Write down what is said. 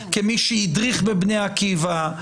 כמי שהדריך בבני עקיבא,